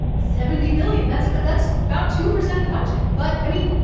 seventy billion that's like um that's about two percent of the budget. but, i mean,